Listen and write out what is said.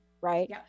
Right